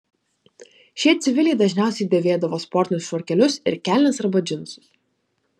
šie civiliai dažniausiai dėvėdavo sportinius švarkelius ir kelnes arba džinsus